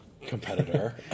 competitor